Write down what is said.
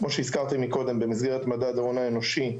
כמו שהזכרתם מקודם במסגרת מדד ההון האנושי,